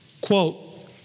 quote